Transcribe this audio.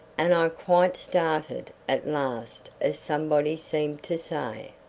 and i quite started at last as somebody seemed to say,